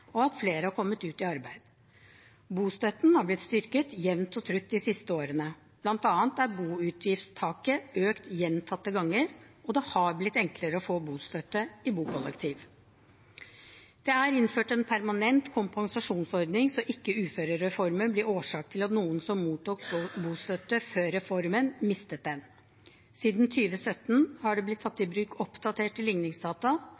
og at flere har kommet ut i arbeid. Bostøtten har blitt styrket jevnt og trutt de siste årene. Blant annet er boutgiftstaket økt gjentatte ganger, og det har blitt enklere å få bostøtte i bokollektiv. Det er innført en permanent kompensasjonsordning så ikke uførereformen blir årsak til at noen som mottok bostøtte før reformen, mister den. Siden 2017 har det blitt tatt i bruk oppdaterte ligningsdata,